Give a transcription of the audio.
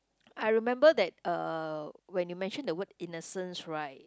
I remember that uh when you mention the word innocence right